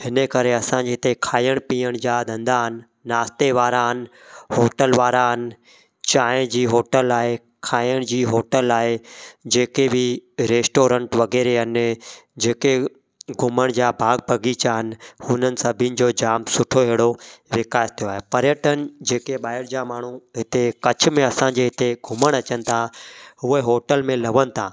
हिन करे असांजे हिते खाइणु पीअण जा धंधा आहिनि नास्ते वारा आहिनि होटल वारा आहिनि चांहि जी होटल आहे खाइण जी होटल आहे जेके बि रेस्टॉरेंट वग़ैरह आहिनि जेके घुमण जा बाग़ बग़ीचा आहिनि हुननि सभिनि जो जामु सुठो अहिड़ो विकास थियो आहे पर्यटन जेके ॿाहिरि जा माण्हू हिते कच्छ में असांजे हिते घुमणु अचनि था उहे होटल में लहनि था